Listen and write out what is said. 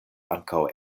ankaŭ